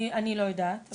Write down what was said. אני לא יודעת,